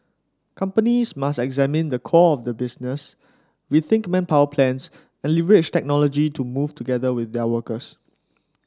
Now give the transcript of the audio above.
companies must examine the core of their business rethink manpower plans and leverage technology to move together with their workers